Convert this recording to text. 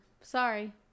Sorry